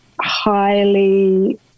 highly